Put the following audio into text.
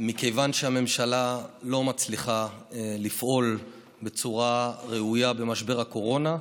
מכיוון שהממשלה לא מצליחה לפעול בצורה ראויה במשבר הקורונה,